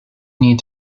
need